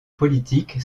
politique